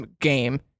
game